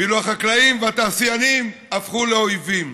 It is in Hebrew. ואילו החקלאים והתעשיינים הפכו לאויבים.